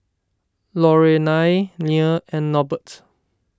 Lorelai Leah and Norbert